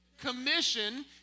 Commission